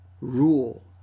rule